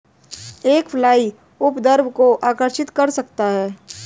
एक फ्लाई उपद्रव को आकर्षित कर सकता है?